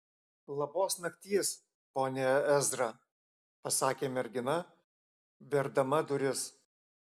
labos nakties pone ezra pasakė mergina verdama duris